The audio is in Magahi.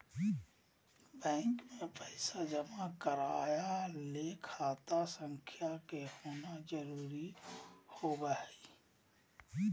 बैंक मे पैसा जमा करय ले खाता संख्या के होना जरुरी होबय हई